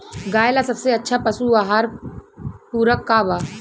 गाय ला सबसे अच्छा पशु आहार पूरक का बा?